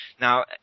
Now